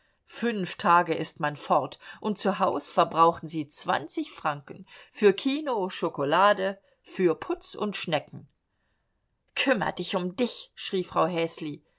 fünf tage ist man fort und zu haus verbrauchen sie zwanzig franken für kino schokolade für putz und schnecken kümmer dich um dich schrie frau häsli